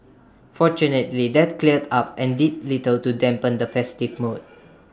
fortunately that cleared up and did little to dampen the festive mood